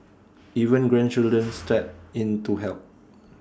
even grandchildren step in to help